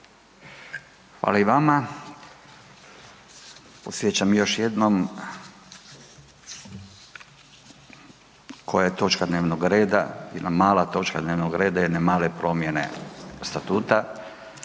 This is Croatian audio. Hvala i vama. Podsjećam još jednom koja je točka dnevnog reda, jedna mala točka dnevnog reda jedne male promjene statuta.